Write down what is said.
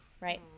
Right